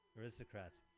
Aristocrats